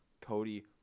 Cody